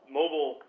mobile